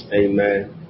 Amen